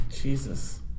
Jesus